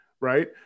right